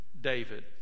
David